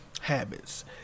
habits